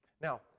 Now